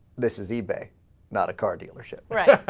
this is the bag not a car dealership